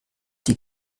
die